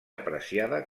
apreciada